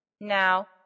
Now